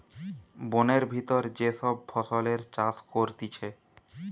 বোনের ভিতর যে সব ফসলের চাষ করতিছে